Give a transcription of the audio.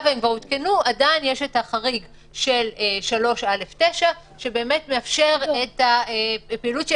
עדיין יש את החריג של 3(א)(9) שמאפשר את הפעילות.